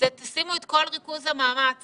תשימו את כל ריכוז המאמץ